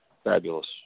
Fabulous